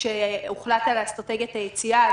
גם כשהוחלט על אסטרטגיית היציאה,